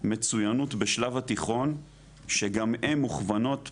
מצוינות בשלב התיכון שגם הן מוכוונות פריפריה.